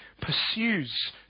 pursues